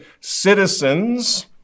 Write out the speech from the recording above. citizens